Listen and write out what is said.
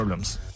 Problems